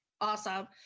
Awesome